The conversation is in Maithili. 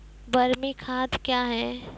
बरमी खाद कया हैं?